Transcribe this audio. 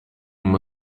uma